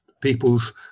people's